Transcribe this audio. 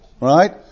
right